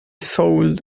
soul